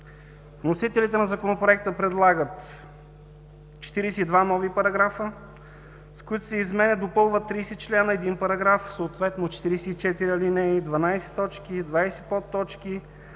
вносителите на Законопроекта предлагат 42 нови параграфа, с които се изменят и допълват 30 члена, един параграф, съответно 44 алинеи, 12 точки, 20 подточки,